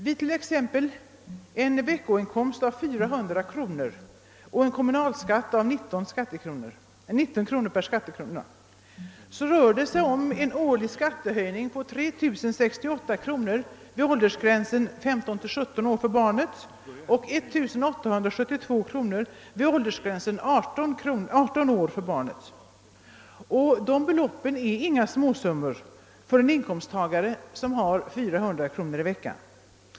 Vid t.ex. en veckoinkomst av 400 kronor och en kommunalskatt av 19 kronor per skattekrona rör det sig om en årlig skattehöjning av 3068 kronor vid åldersgränsen 15—17 år för barnet och 1872 kronor vid en åldersgräns av 18 år. De beloppen är inga småsummor för en inkomsttagare med 400 kronor i veckan.